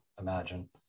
imagine